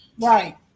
Right